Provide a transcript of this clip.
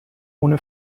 ohne